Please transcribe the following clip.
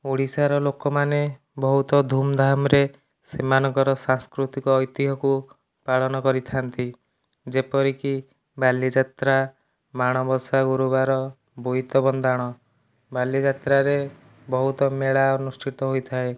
ଓଡ଼ିଶାର ଲୋକମାନେ ବହୁତ ଧୁମ ଧାମ ରେ ସେମାନଙ୍କର ସାଂସ୍କୃତିକ ଐତିହକୁ ପାଳନ କରିଥାନ୍ତି ଯେପରିକି ବାଲିଯାତ୍ରା ମାଣବସା ଗୁରୁବାର ବୋଇତ ବନ୍ଦାଣ ବାଲିଯାତ୍ରାରେ ବହୁତ ମେଳା ଅନୁଷ୍ଠିତ ହୋଇଥାଏ